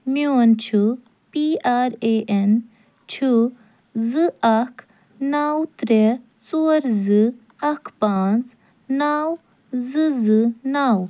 میٛون چھُ P R A N چھُ زٕ اکھ نَو ترٛےٚ ژور زٕ اکھ پانٛژھ نَو زٕ زٕ نَو